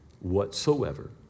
whatsoever